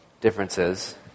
differences